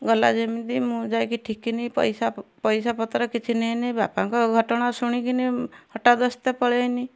ଗଲା ଯେମିତି ମୁଁ ଯାଇକି ଠିକିନି ପଇସା ପଇସା ପତ୍ର କିଛି ନେଇନି ବାପାଙ୍କ ଘଟଣା ଶୁଣିକିନି ହଟାତ୍ ପଳେଇନି